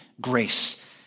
grace